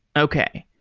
okay.